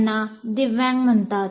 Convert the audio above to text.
त्यांना दिव्यांग म्हणतात